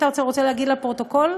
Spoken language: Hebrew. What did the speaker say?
אתה רוצה להגיד לפרוטוקול?